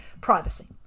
privacy